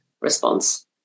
response